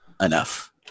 enough